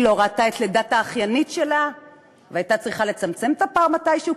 היא לא ראתה את לידת האחיינית שלה והייתה צריכה לצמצם את הפער מתישהו,